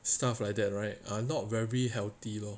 stuff like that right are not very healthy lor